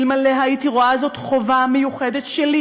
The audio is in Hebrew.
אלמלא הייתי רואה בזאת חובה מיוחדת שלי